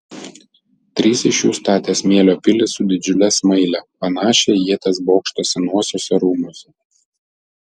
trys iš jų statė smėlio pilį su didžiule smaile panašią į ieties bokštą senuosiuose rūmuose